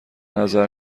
نظر